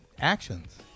actions